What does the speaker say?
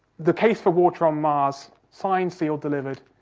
the case for water on mars, signed, sealed, delivered.